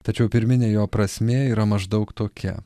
tačiau pirminė jo prasmė yra maždaug tokia